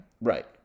right